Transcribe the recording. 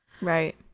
right